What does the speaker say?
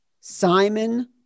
Simon